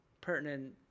pertinent